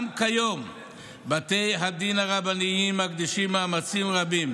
גם כיום בתי הדין הרבניים מקדישים מאמצים רבים